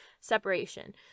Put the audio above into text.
separation